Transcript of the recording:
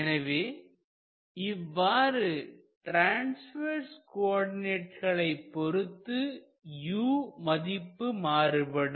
எனவே இவ்வாறு ட்ரான்ஸ்வெர்ஸ் கோஆர்டினேட்களை பொறுத்து u மதிப்பு மாறுபடும்